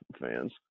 fans